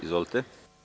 Izvolite.